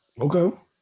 Okay